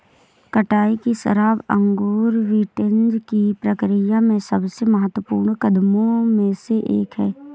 कटाई की शराब अंगूर विंटेज की प्रक्रिया में सबसे महत्वपूर्ण कदमों में से एक है